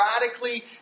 radically